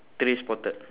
three spotted